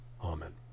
Amen